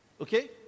Okay